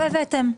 לא הבאתם.